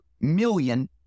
million